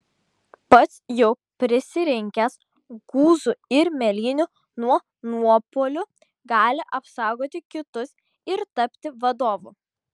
pats jau prisirinkęs guzų ir mėlynių nuo nuopuolių gali apsaugoti kitus ir tapti vadovu